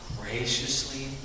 graciously